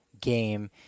game